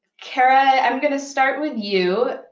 kara, i'm going to start with you.